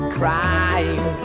crying